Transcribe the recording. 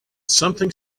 something